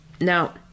Now